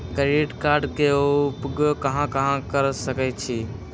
Credit card के उपयोग कहां कहां कर सकईछी?